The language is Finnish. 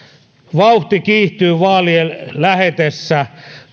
vauhti kiihtyy vaalien lähetessä